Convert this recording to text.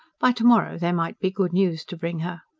by to-morrow there might be good news to bring her.